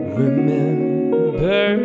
remember